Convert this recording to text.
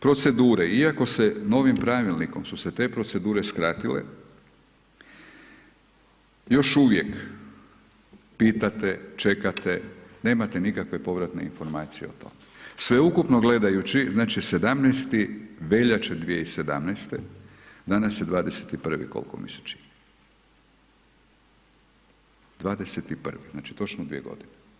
Procedure, iako se novim Pravilnikom su se te procedure skratile, još uvijek pitate, čekate, nemate nikakve povratne informacije o tome, sveukupno gledajući, znači, 17. veljače 2017.-te, danas je 21. kol'ko mi se čini, 21., znači točno dvije godine.